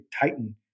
titan